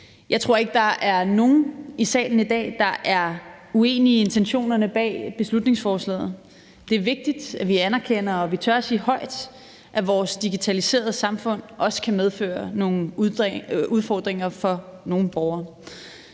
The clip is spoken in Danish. Jeg tror ikke, der er nogen i salen i dag, der er uenige i intentionerne bag beslutningsforslaget. Det er vigtigt, at vi anerkender og vi tør sige højt, at vores digitaliserede samfund også kan medføre nogle udfordringer for nogle borgere.